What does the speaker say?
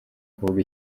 kuvuga